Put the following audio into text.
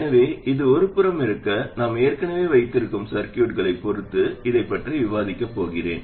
எனவே இது ஒரு புறமிருக்க நாம் ஏற்கனவே வைத்திருக்கும் சர்கியூட்களை பொறுத்து இதைப் பற்றி விவாதிக்கப் போகிறேன்